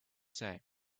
same